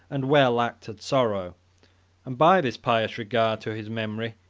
and well-acted sorrow and by this pious regard to his memory,